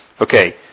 Okay